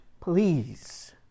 please